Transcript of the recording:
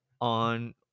on